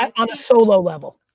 um on a solo level.